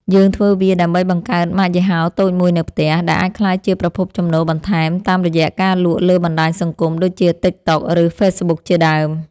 យើងធ្វើវាដើម្បីបង្កើតម៉ាកយីហោតូចមួយនៅផ្ទះ ដែលអាចក្លាយជាប្រភពចំណូលបន្ថែមតាមរយៈការលក់លើបណ្ដាញសង្គមដូចជា TikTok ឬ Facebook ជាដើម។